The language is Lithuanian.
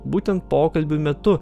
būtent pokalbių metu